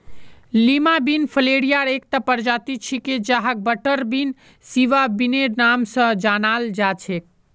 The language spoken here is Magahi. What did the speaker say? लीमा बिन फलियार एकता प्रजाति छिके जहाक बटरबीन, सिवा बिनेर नाम स जानाल जा छेक